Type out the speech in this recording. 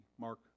Mark